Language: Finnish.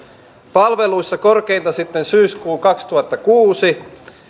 palveluissa korkeinta sitten syyskuun kaksituhattakuusi